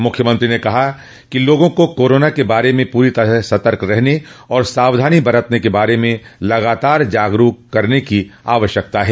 मुख्यमंत्रो ने कहा कि लोगों को कोरोना के बारे में पूरी तरह सतर्क रहने और सावधानी बरतने के बारे में लगातार जागरूक करने की आवश्यकता है